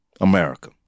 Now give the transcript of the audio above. America